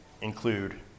include